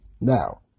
Now